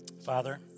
Father